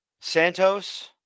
Santos